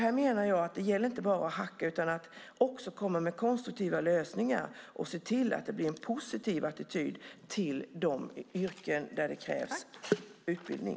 Här menar jag att det gäller att inte bara hacka utan att också komma med konstruktiva lösningar och se till att det blir en positiv attityd till de yrken där det krävs utbildning.